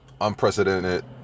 unprecedented